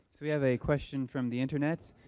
we have a question from the internet.